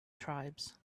tribes